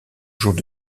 jours